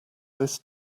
this